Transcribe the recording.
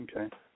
Okay